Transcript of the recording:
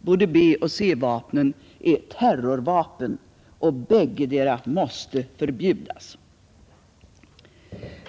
både B och C-vapnen är terrorvapen. Bäggedera måste förbjudas.